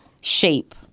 shape